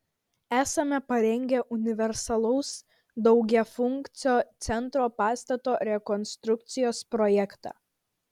esame parengę universalaus daugiafunkcio centro pastato rekonstrukcijos projektą